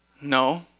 no